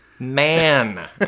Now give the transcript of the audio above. Man